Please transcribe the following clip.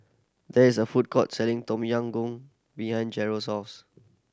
there is a food court selling Tom Yam Goong behind Jerrold's house